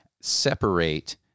separate